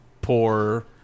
poor